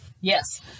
Yes